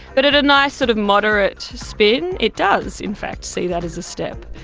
but at a nice sort of moderate spin it does in fact see that as a step.